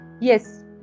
Yes